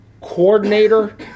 coordinator